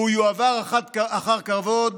הוא יועבר אחר כבוד